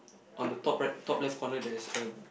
on the top right top left corner there is a